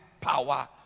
power